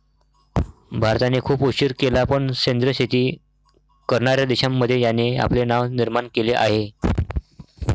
भारताने खूप उशीर केला पण सेंद्रिय शेती करणार्या देशांमध्ये याने आपले नाव निर्माण केले आहे